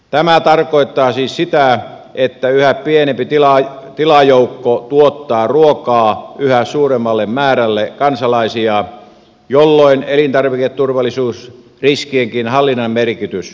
tämä tarkoittaa siis sitä että yhä pienempi tilajoukko tuottaa ruokaa yhä suuremmalle määrälle kansalaisia jolloin elintarviketurvallisuusriskienkin hallinnan merkitys kasvaa